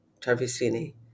Tarvisini